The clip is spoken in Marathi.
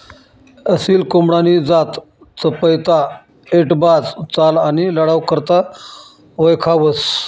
असील कोंबडानी जात चपयता, ऐटबाज चाल आणि लढाऊ करता वयखावंस